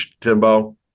Timbo